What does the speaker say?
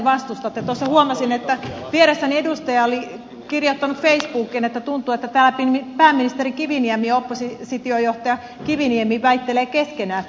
tuossa huomasin että vieressäni edustaja oli kirjoittanut facebookiin että tuntuu että täällä pääministeri kiviniemi ja oppositiojohtaja kiviniemi väittelevät keskenään